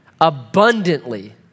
abundantly